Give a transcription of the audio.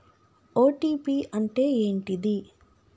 OTP అంటే ఏంటిది?